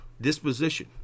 disposition